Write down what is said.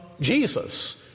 Jesus